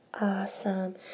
Awesome